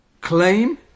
claim